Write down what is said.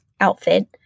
outfit